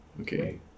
Okay